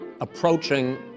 approaching